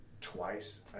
twice